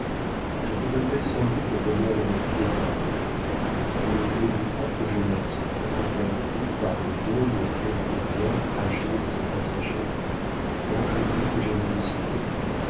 je vous devrai sans doute le bonheur de la vie éternelle ne voulez-vous pas que je m'acquitte envers vous par le don de quelques biens fragiles et passagers manquerez vous de générosité